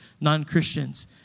non-Christians